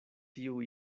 tiu